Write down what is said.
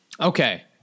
Okay